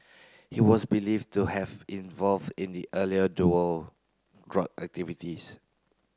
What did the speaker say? he was believed to have involved in the earlier duo drug activities